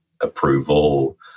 approval